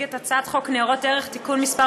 להציג את הצעת חוק ניירות ערך (תיקון מס'